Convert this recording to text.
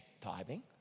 Tithing